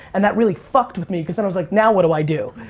and that really fucked with me, because then i was like now what do i do?